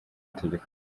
amategeko